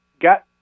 got